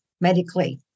medically